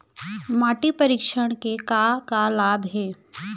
माटी परीक्षण के का का लाभ हे?